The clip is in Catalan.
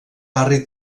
barri